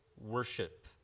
worship